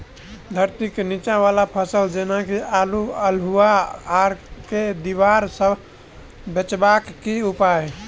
धरती केँ नीचा वला फसल जेना की आलु, अल्हुआ आर केँ दीवार सऽ बचेबाक की उपाय?